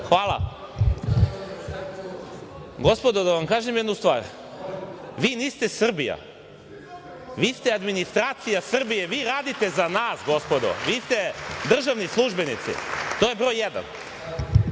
Gospodo, da vam kažem jednu stvar, vi niste Srbija, vi ste administracija Srbije, vi radite za nas gospodo, vi ste državni službenici, to je broj jedan. Ja